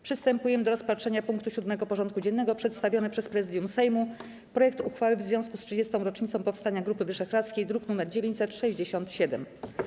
Przystępujemy do rozpatrzenia punktu 7. porządku dziennego: Przedstawiony przez Prezydium Sejmu projekt uchwały w związku z 30. rocznicą powstania Grupy Wyszehradzkiej (druk nr 967)